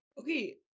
Okay